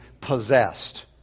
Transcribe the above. possessed